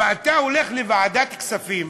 ואתה הולך לוועדת הכספים,